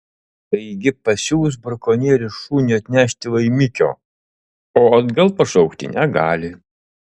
taigi pasiųs brakonierius šunį atnešti laimikio o atgal pašaukti negali